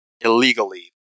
illegally